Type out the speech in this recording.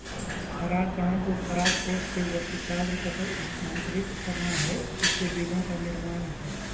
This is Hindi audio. परागकणों को परागकोश से वर्तिकाग्र तक स्थानांतरित करना है, इससे बीजो का निर्माण होता है